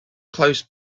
closed